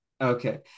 Okay